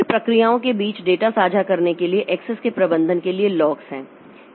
फिर प्रक्रियाओं के बीच डेटा साझा करने के लिए एक्सेस के प्रबंधन के लिए लॉक्स हैं